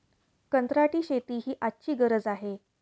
कंत्राटी शेती ही आजची गरज आहे